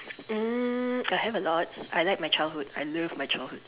um I have a lot I like my childhood I love my childhood